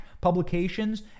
publications